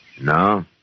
No